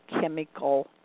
chemical